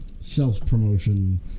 self-promotion